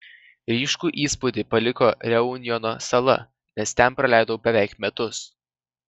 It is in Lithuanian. ryškų įspūdį paliko reunjono sala nes ten praleidau beveik metus